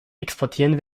exportieren